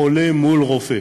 חולה מול רופא,